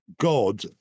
God